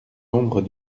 ombres